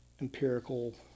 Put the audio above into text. empirical